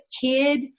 kid